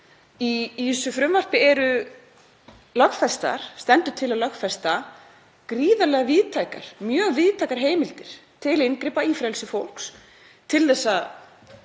Í þessu frumvarpi stendur til að lögfesta gríðarlega víðtækar, mjög víðtækar, heimildir til inngripa í frelsi fólks til þess að